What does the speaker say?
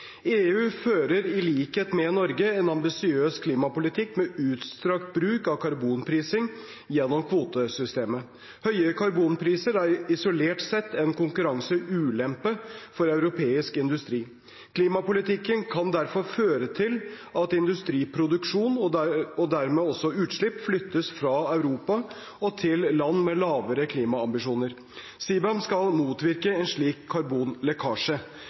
EU fører, i likhet med Norge, en ambisiøs klimapolitikk med utstrakt bruk av karbonprising gjennom kvotesystemet. Høye karbonpriser er isolert sett en konkurranseulempe for europeisk industri. Klimapolitikken kan derfor føre til at industriproduksjon, og dermed også utslipp, flyttes fra Europa til land med lavere klimaambisjoner. CBAM skal motvirke en slik karbonlekkasje.